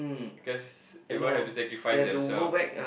cause everyone have to satisfied themselves